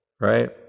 right